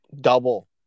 double